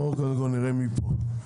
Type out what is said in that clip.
בואו קודם כל נראה מי נמצא פה.